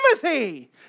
Timothy